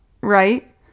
right